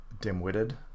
dim-witted